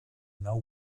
now